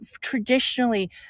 traditionally